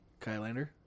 Kylander